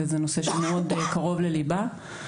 שזה נושא שהוא מאוד קרוב לליבה.